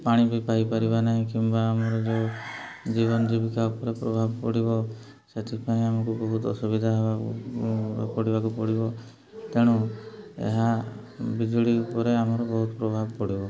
ପାଣି ବି ପାଇପାରିବା ନାହିଁ କିମ୍ବା ଆମର ଯୋଉ ଜୀବନ ଜୀବିକା ଉପରେ ପ୍ରଭାବ ପଡ଼ିବ ସେଥିପାଇଁ ଆମକୁ ବହୁତ ଅସୁବିଧା ହେବାକୁ ପଡ଼ିବାକୁ ପଡ଼ିବ ତେଣୁ ଏହା ବିଜୁଳି ଉପରେ ଆମର ବହୁତ ପ୍ରଭାବ ପଡ଼ିବ